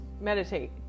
meditate